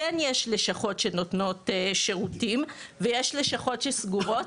כן יש לשכות שנותנות שירותים, ויש לשכות שסגורות.